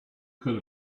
could